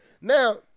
Now